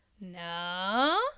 No